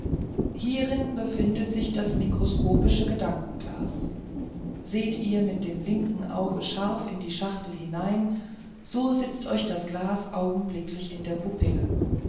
hierin befindet sich das mikroskopische gedankenglas seht ihr mit dem linken auge scharf in die schachtel hinein so sitzt euch das glas augenblicklich in der pupille